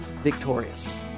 victorious